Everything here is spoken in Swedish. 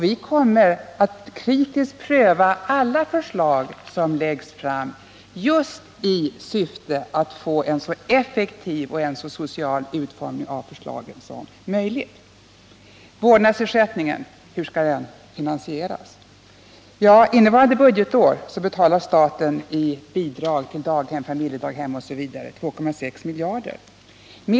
Vi kommer att kritiskt pröva alla förslag som läggs fram , just i syfte att få en så effektiv och så social utformning av förslagen som möjligt. Vårdnadsersättningen — hur skall den finansieras? Ja, innevarande budgetår betalar staten i bidrag till daghem, familjedaghem osv. 2,6 miljarder.